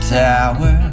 tower